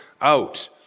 out